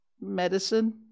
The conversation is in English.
medicine